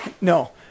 No